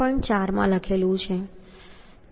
4 માં લખેલું છે